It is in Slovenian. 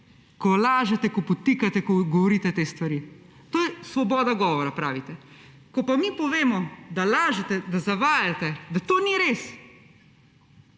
ko lažete, ko podtikate, ko govorite te stvari, je to svoboda govora, pravite. Ko pa mi povemo, da lažete, da zavajate, da to ni res,